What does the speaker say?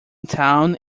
town